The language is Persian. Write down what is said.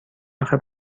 اخه